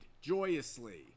joyously